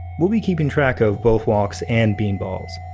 we'll be keeping track of both walks and beanballs.